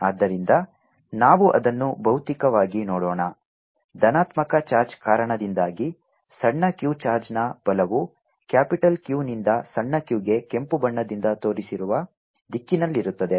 ಆದ್ದರಿಂದ ನಾವು ಅದನ್ನು ಭೌತಿಕವಾಗಿ ನೋಡೋಣ ಧನಾತ್ಮಕ ಚಾರ್ಜ್ ಕಾರಣದಿಂದಾಗಿ ಸಣ್ಣ q ಚಾರ್ಜ್ನ ಬಲವು ಕ್ಯಾಪಿಟಲ್ Q ನಿಂದ ಸಣ್ಣ q ಗೆ ಕೆಂಪು ಬಣ್ಣದಿಂದ ತೋರಿಸಿರುವ ದಿಕ್ಕಿನಲ್ಲಿರುತ್ತದೆ